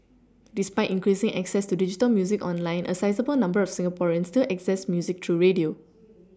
despite increasing access to digital music online a sizeable number of Singaporeans still access music through radio